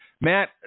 Matt